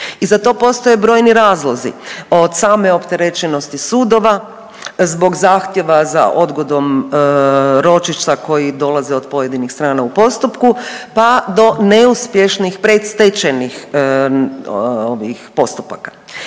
i za to postoje brojni razlozi od same opterećenosti sudova, zbog zahtjeva za odgodom ročišta koji dolaze od pojedinih strana u postupku pa do neuspješnih predstečajnih postupaka.